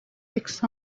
aix